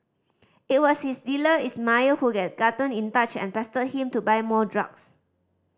it was his dealer Ismail who gotten in touch and pestered him to buy more drugs